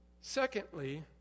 secondly